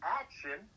action